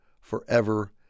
forever